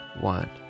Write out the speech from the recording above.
One